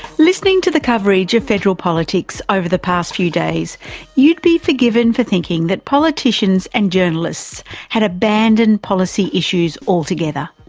listening to the coverage of federal politics over the past few days you'd be forgiven for thinking that politicians and journalists had abandoned policy issues altogether.